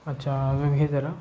अच्छा वे घे जरा